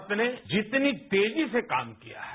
भारत ने जितनी तेजी से काम किया है